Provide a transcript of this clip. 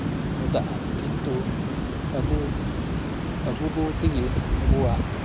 ᱢᱮᱛᱟᱜ ᱟ ᱠᱤᱱᱛᱩ ᱟᱵᱩ ᱟᱵᱩᱛᱮᱜᱤ ᱟᱵᱩᱣᱟᱜ